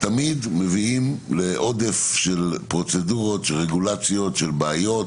שתמיד מביאים לעודף של פרוצדורות, של בעיות,